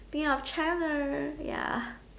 think of China ya